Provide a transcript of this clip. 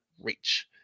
reach